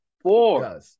Four